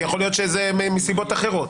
כי יכול להיות שזה מסיבות אחרות.